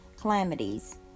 calamities